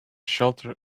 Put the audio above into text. shelter